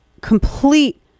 complete